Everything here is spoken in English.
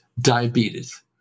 diabetes